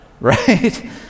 Right